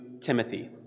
Timothy